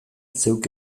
zeuk